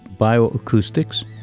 bioacoustics